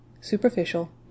superficial